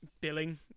Billing